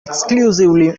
exclusively